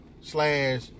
slash